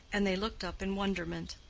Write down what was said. and they looked up in wonderment.